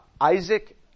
Isaac